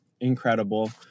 incredible